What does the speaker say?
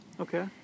Okay